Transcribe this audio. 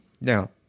now